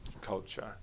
culture